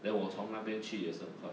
then 我从那边去也是很快